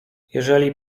jeżeli